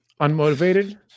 Unmotivated